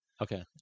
Okay